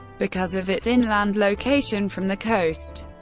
because of its inland location from the coast,